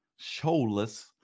showless